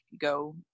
go